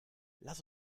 lass